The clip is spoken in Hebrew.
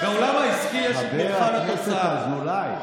חבר הכנסת אזולאי.